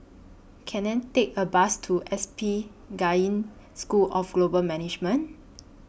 Can I Take A Bus to S P Jain School of Global Management